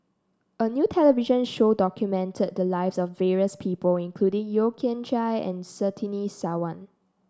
a new television show documented the lives of various people including Yeo Kian Chye and Surtini Sarwan